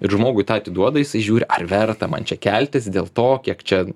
ir žmogui tą atiduoda jisai žiūri ar verta man čia keltis dėl to kiek čia